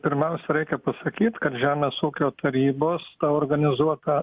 pirmiausia reikia pasakyt kad žemės ūkio tarybos organizuota